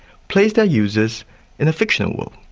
place their users in a fictional world.